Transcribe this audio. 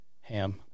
Ham